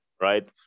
right